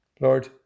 Lord